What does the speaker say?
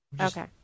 Okay